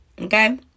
okay